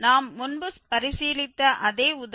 நாம் முன்பு பரிசீலித்த அதே உதாரணம் மற்றும் 0